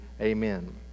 amen